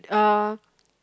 uh